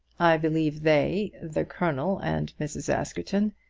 i believe they, the colonel and mrs. askerton,